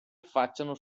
affacciano